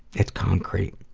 it's concrete.